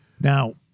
Now